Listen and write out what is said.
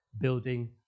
building